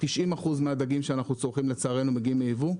90% מן הדגים שאנחנו צורכים לצערנו מגיעים מייבוא.